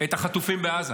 את החטופים בעזה.